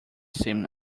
seen